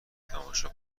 تماشا